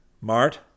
Mart